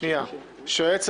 אני החלטתי